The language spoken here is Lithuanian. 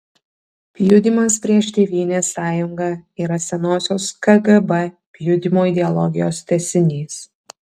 pjudymas prieš tėvynės sąjungą yra senosios kgb pjudymo ideologijos tęsinys